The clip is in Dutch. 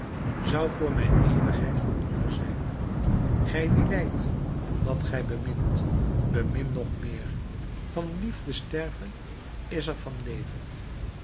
zou voor mijn eeuwigheid voldoende zijn gij die lijdt omdat gij bemint bemin nog meer van liefde sterven is er van leven